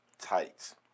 Tights